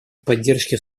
поддержке